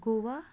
Goa